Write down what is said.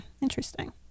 interesting